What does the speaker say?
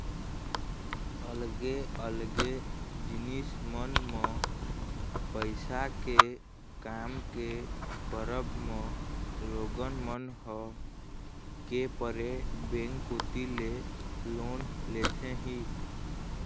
अलगे अलगे जिनिस मन म पइसा के काम के परब म लोगन मन ह के परे बेंक कोती ले लोन लेथे ही